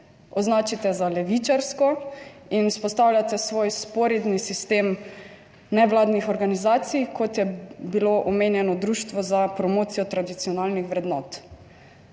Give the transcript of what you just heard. označite za levičarsko in vzpostavljate svoj vzporedni sistem nevladnih organizacij, kot je bilo omenjeno Društvo za promocijo tradicionalnih vrednot.